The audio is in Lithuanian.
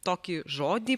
tokį žodį